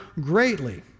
greatly